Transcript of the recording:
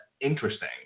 interesting